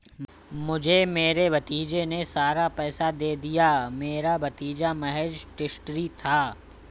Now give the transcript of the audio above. मुझे मेरे भतीजे ने सारा पैसा दे दिया, मेरा भतीजा महज़ ट्रस्टी था